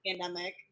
Pandemic